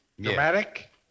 Dramatic